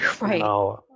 right